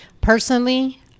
Personally